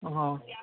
okay